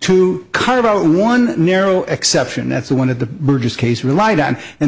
to carve out one narrow exception that's one of the burgess case relied on and